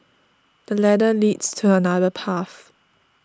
the ladder leads to another path